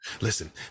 Listen